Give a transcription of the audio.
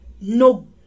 no